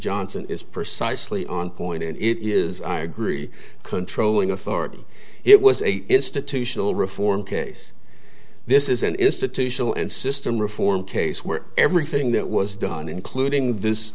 johnson is precisely on point and it is i agree controlling authority it was a institutional reform case this is an institutional and system reform case where everything that was done including this